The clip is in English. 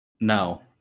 no